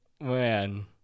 Man